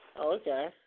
Okay